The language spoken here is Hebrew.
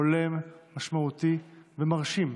הולם, משמעותי ומרשים,